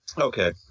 Okay